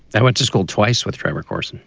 i went to school twice with tribal course.